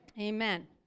Amen